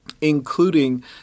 including